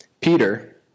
Peter